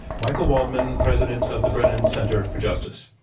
michael waldman, president of the brennon center for justice.